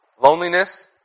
loneliness